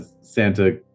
Santa